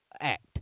act